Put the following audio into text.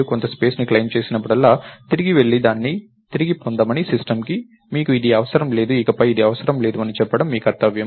మీరు కొంత స్పేస్ ని క్లెయిమ్ చేసినప్పుడల్లా తిరిగి వెళ్లి దాన్ని తిరిగి పొందమని సిస్టమ్కి మీకు ఇది అవసరం లేదు ఇకపై ఇది అవసరం లేదు అని చెప్పడం మీ కర్తవ్యం